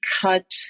cut